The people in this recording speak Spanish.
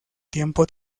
tiempo